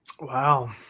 Wow